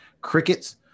crickets